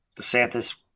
DeSantis